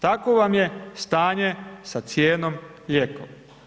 Tako vam je stanje sa cijenom lijekova.